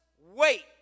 wait